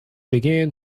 began